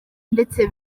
ndetse